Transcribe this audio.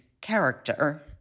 character